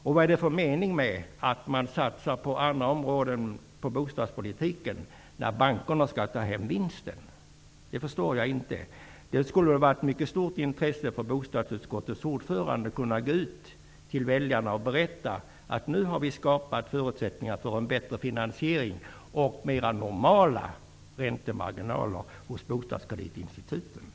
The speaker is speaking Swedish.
Vad är det för mening med att man satsar på bostadspolitiken på andra områden när bankerna tar hem vinsten? Det förstår jag inte. Det skulle vara av mycket stort intresse för bostadsutskottets ordförande att kunna gå ut till väljarna och berätta att vi nu har skapat förutsättningar för en bättre finansiering och mer normala räntemarginaler hos bostadskreditinstituten.